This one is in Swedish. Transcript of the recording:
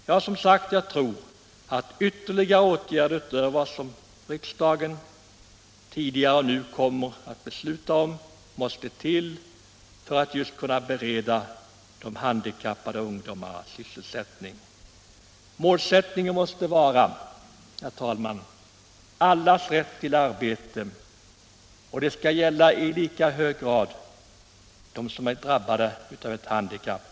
Jag tror som sagt att ytterligare åtgärder utöver vad riksdagen tidigare beslutat och nu kommer att besluta om måste till för att bereda handikappade ungdomar sysselsättning. Målsättningen måste vara arbete åt alla, och det skall gälla i lika hög grad de människor som drabbats av ett handikapp.